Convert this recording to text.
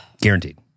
Guaranteed